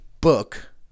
book